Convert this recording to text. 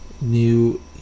New